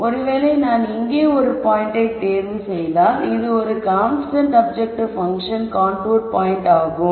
ஒருவேளை நான் இங்கே ஒரு பாயிண்ட்டை தேர்வு செய்தால் இது ஒரு constant objective function contour point ஆகும்